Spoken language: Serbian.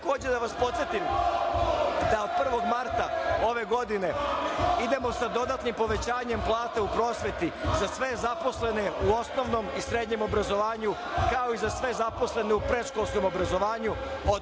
takođe da vas podsetim da od 1. marta ove godine idemo sa dodatnim povećanjem plata u prosveti za sve zaposlene u osnovnom i srednjem obrazovanju, kao i za sve zaposlene u predškolskom obrazovanju